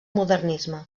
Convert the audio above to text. modernisme